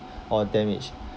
or damaged